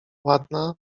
ładna